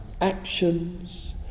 actions